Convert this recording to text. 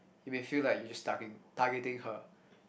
it may feel like you just targe~ targeting her